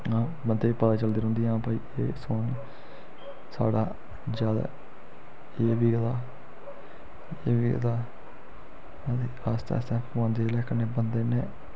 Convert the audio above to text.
बंदे गी पता चलदी रौंह्दी कि हां भाई एह् सौन साढ़ा ज्यादा केह् बिकदा केह् बिकदा ते आस्ता आस्ता पोआंदे जेल्लै कन्नै बंदे ने